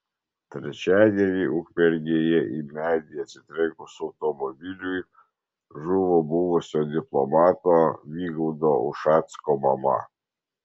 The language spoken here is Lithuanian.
trečiadienį ukmergėje į medį atsitrenkus automobiliui žuvo buvusio diplomato vygaudo ušacko mama